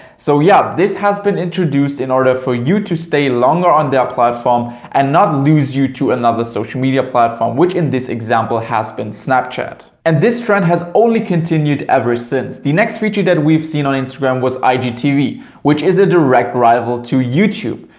so yeah, this has been introduced in order for you to stay longer on their platform and not lose you to another social media platform which in this example has been snapchat. and this trend has only continued ever since. the next feature that we've seen on instagram was igtv which is a direct rival to youtube.